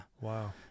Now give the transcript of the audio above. wow